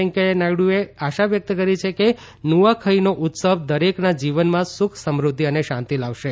વૈંકેયા નાયડુએ આશા વ્યક્ત કરી છે કે નુઆખઈનો ઉત્સવ દરેકના જીવનમાં સુખ સમૃદ્ધિ અને શાંતિ લાવશે